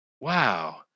Wow